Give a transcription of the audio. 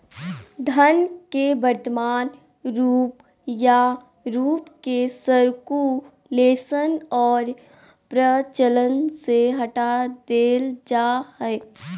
धन के वर्तमान रूप या रूप के सर्कुलेशन और प्रचलन से हटा देल जा हइ